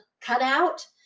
cutout